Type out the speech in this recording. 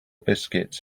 biscuits